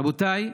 רבותיי,